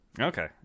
Okay